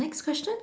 next question